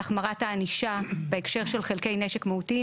החמרת הענישה בהקשר של חלקי נשק מהותיים,